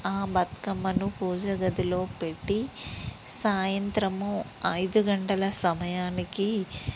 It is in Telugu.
ఆ బతుకమ్మను పూజ గదిలో పెట్టి సాయంత్రము ఐదు గంటల సమయానికి